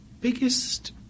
biggest